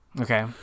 Okay